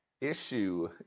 issue